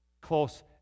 close